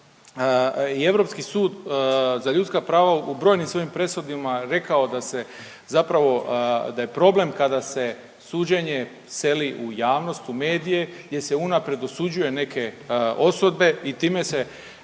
i Europski sud za ljudska prava u brojnim svojim presudima je rekao da se zapravo, da je problem kada se suđenje seli u javnost, u medije gdje se unaprijed osuđuje neke osobe i time se